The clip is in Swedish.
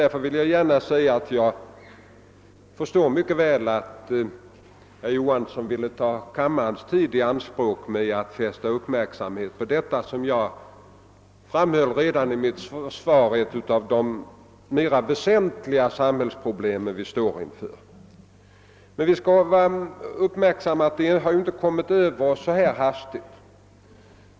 Därför vill jag gärna säga att jag mycket väl förstår att herr Johansson ville ta kammarens tid i anspråk för att fästa uppmärksamheten på detta som jag redan i mitt svar betecknade som ett av de mera väsentliga samhällsproblemen vi står inför. Men vi skall komma ihåg att detta problem inte har kommit över oss helt plötsligt.